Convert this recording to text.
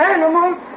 Animals